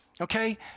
okay